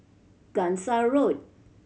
Gangsa Road